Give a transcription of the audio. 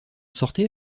sortez